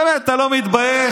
באמת, אתה לא מתבייש.